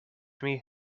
teach